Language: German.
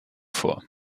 vor